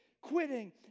quitting